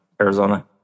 Arizona